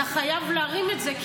אתה חייב להרים את זה.